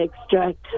extract